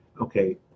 Okay